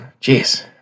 Jeez